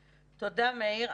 תודה, מאיר.